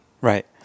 right